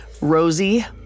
Rosie